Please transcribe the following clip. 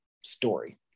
story